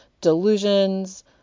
delusions